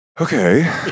Okay